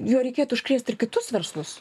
juo reikėtų užkrėst ir kitus verslus